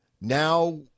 Now